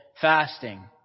fasting